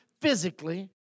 physically